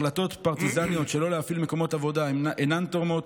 החלטות פרטיזניות שלא להפעיל מקומות עבודה אינן תורמות.